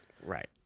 right